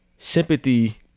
Sympathy